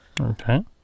okay